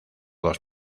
dos